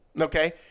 okay